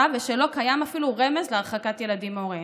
ושלא קיים אפילו רמז להרחקת ילדים מהוריהם.